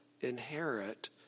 inherit